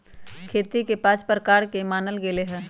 खेती के पाँच प्रकार के मानल गैले है